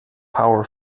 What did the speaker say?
power